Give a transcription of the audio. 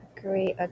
Agree